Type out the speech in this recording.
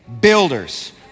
builders